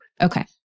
Okay